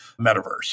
metaverse